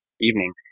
evening